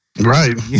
Right